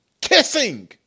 kissing